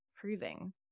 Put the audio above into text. proving